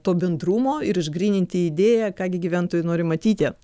to bendrumo ir išgryninti idėją ką gi gyventojai nori matyti